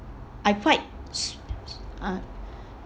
I quite s~ s~ uh